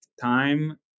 time